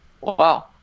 Wow